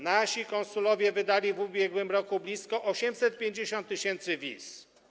Nasi konsulowie wydali w ubiegłym roku blisko 850 tys. wiz.